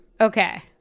Okay